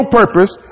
purpose